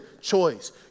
choice